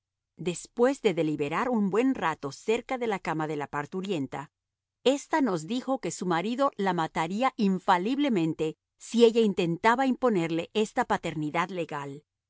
después de deliberar un buen rato cerca de la cama de la parturienta ésta nos dijo que su marido la mataría infaliblemente si ella intentaba imponerle esta paternidad legal